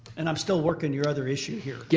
and i'm still working your other issue here. yes,